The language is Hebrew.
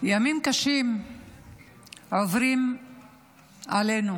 ימים קשים עוברים עלינו